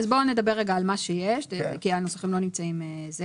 אז בואו נדבר רגע על מה שיש כי הנוסחים לא נמצאים פה.